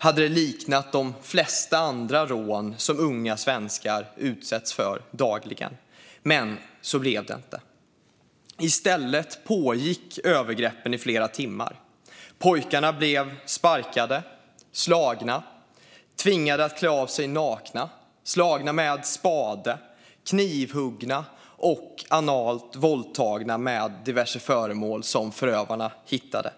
hade det liknat de flesta andra rån som unga svenskar utsätts för dagligen, men så blev det inte. I stället pågick övergreppen i flera timmar. Pojkarna blev sparkade, slagna, tvingade att klä av sig nakna, slagna med spade, knivhuggna och analt våldtagna med diverse föremål som förövarna hittade.